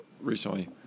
recently